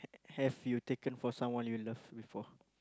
have you taken for someone you love before